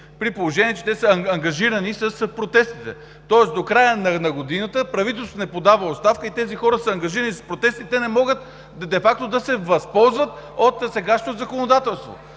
при положение че са ангажирани с протестите? Тоест до края на годината правителството не подава оставка и тези хора са ангажирани с протести, те не могат де факто да се възползват от сегашното законодателство.